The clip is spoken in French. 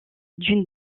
d’une